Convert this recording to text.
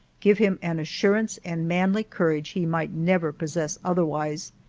give him an assurance and manly courage he might never possess otherwise,